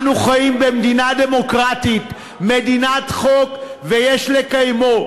אנו חיים במדינה דמוקרטית, מדינת חוק, ויש לקיימו.